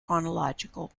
chronological